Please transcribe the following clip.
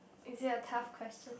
is it a tough question